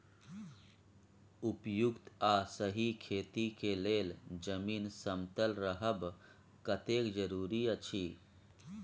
उपयुक्त आ सही खेती के लेल जमीन समतल रहब कतेक जरूरी अछि?